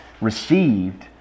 received